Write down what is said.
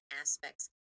aspects